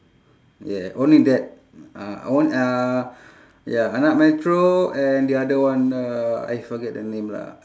yeah only that uh and one uh ya anak metro and the other one uh I forget the name lah